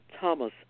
Thomas